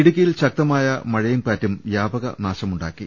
ഇടുക്കിയിൽ ശക്തമായ മഴയും കാറ്റും വ്യാപക നാശ മുണ്ടാക്കി